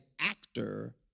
actor